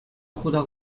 хута